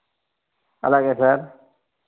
అలాగే సార్